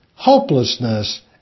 hopelessness